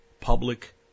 public